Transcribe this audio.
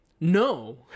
no